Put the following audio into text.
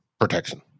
protection